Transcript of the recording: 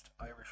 Irish